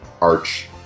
arch